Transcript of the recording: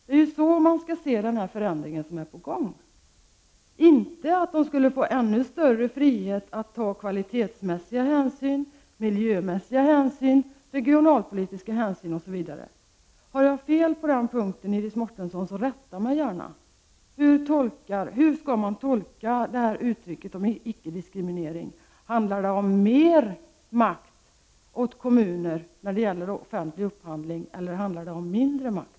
Det är ju så man skall se den förändring som är på gång, inte så att det skulle bli ännu större frihet att ta bl.a. kvalitetsmässiga, miljömässiga och regionalpolitiska hänsyn. Har jag fel på denna punkt, Iris Mårtensson, rätta mig då gärna! Hur skall man tolka talet om icke-diskriminering? Handlar det om mer makt åt kommuner när det gäller offentlig upphandling, eller handlar det om mindre makt?